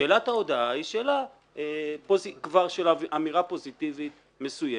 שאלת ההודעה, פה זו אמירה פוזיטיבית מסוימת.